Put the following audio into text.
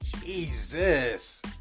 Jesus